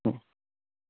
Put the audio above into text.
অ